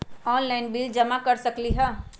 Online bill जमा कर सकती ह?